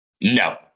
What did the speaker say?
No